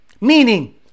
Meaning